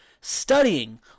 studying